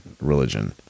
religion